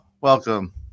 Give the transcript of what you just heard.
welcome